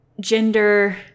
gender